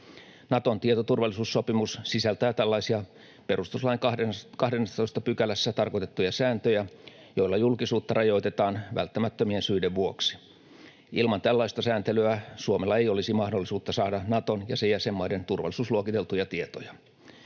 Naton tietoturvallisuussopimus sisältää tällaisia perustuslain 12 §:ssä tarkoitettuja sääntöjä, joilla julkisuutta rajoitetaan välttämättömien syiden vuoksi. Ilman tällaista sääntelyä Suomella ei olisi mahdollisuutta saada Naton ja sen jäsenmaiden turvallisuusluokiteltuja tietoja.